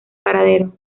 paradero